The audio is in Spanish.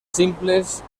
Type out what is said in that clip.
simples